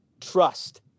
trust